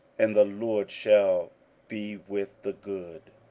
and the lord shall be with the good.